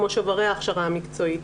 כמו שוברי ההכשרה המקצועית,